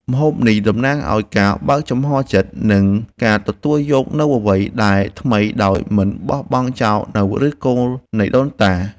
ម្ហូបនេះតំណាងឱ្យការបើកចំហចិត្តនិងការទទួលយកនូវអ្វីដែលថ្មីដោយមិនបោះបង់ចោលនូវឫសគល់នៃដូនតា។